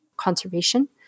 conservation